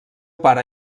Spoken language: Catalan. pare